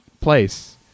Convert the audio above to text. place